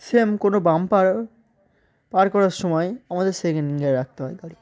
same কোনো bumper পার করার সময় আমাদের সেকেন্ড গিয়ারে রাখতে হয় গাড়ি